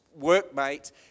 workmate